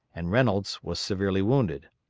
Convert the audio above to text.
and reynolds was severely wounded.